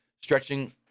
stretching